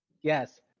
Yes